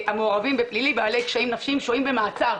"...המעורבים בפלילים בעלי קשיים נפשיים שוהים במעצר...".